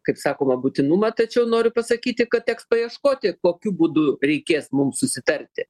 kaip sakoma būtinumą tačiau noriu pasakyti kad teks paieškoti kokiu būdu reikės mums susitarti